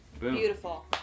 Beautiful